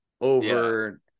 over